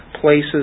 places